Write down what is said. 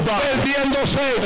perdiéndose